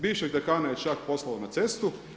Bivšeg dekana je čak poslao na cestu.